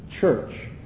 church